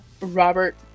Robert